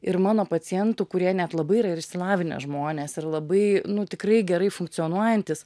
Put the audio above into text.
ir mano pacientų kurie net labai yra ir išsilavinę žmonės ir labai nu tikrai gerai funkcionuojantys